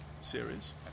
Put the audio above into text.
series